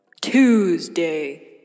Tuesday